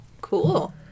cool